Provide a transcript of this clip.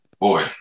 Boy